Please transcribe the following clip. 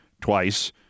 twice